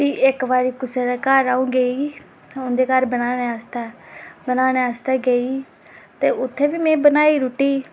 ते भी इक बारी अ'ऊं कुसै दे घर गेई उं'दे घर बनाने आस्तै बनाने आस्तै गेई ते उत्थै बी में बनाई रुट्टी